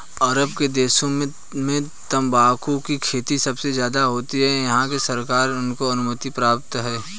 अरब के देशों में तंबाकू की खेती सबसे ज्यादा होती है वहाँ की सरकार से उनको अनुमति प्राप्त है